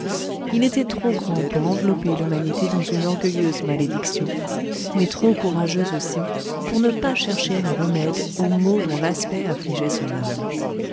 il était trop grand pour envelopper l'humanité dans une orgueilleuse malédiction mais trop courageux aussi pour ne pas chercher un remède aux maux dont l'aspect affligeait son âme